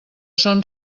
són